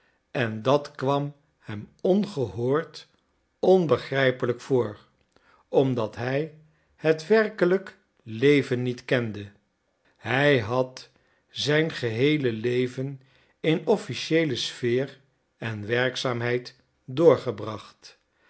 en dat kwam hem ongehoord onbegrijpelijk voor omdat hij het werkelijk leven niet kende hij had zijn geheele leven in officiëele sfeer en werkzaamheid doorgebracht